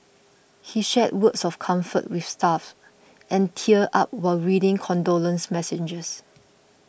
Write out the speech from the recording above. he shared words of comfort with staff and teared up while reading condolence messages